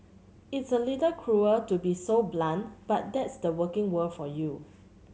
it's a little cruel to be so blunt but that's the working world for you